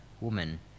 woman